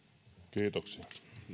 kiitoksia